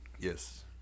Yes